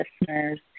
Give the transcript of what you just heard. listeners